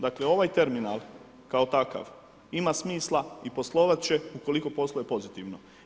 Dakle ovaj terminal kao takav ima smisla i poslovat će ukoliko posluje pozitivno.